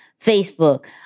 Facebook